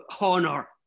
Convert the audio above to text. honor